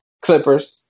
Clippers